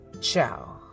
Ciao